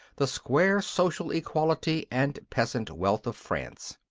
the square social equality and peasant wealth of france.